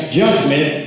judgment